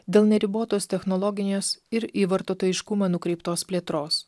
dėl neribotos technologijos ir į vartotojiškumą nukreiptos plėtros